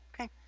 okay